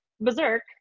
berserk